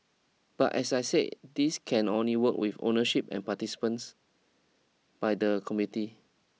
but as I said this can only work with ownership and participants by the committee